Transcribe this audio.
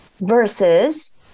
versus